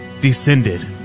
descended